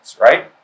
right